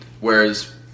whereas